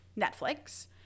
Netflix